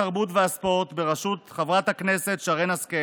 התרבות והספורט בראשות חברת הכנסת שרן השכל